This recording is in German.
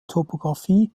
topografie